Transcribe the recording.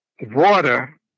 water